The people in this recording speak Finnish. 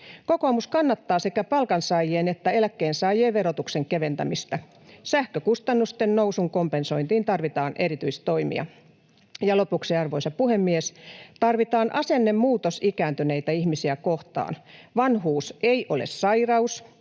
Kokoomus kannattaa sekä palkansaajien että eläkkeensaajien verotuksen keventämistä. Sähkökustannusten nousun kompensointiin tarvitaan erityistoimia. Lopuksi, arvoisa puhemies: Tarvitaan asennemuutos ikääntyneitä ihmisiä kohtaan. Vanhuus ei ole sairaus,